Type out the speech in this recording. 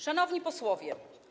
Szanowni Posłowie!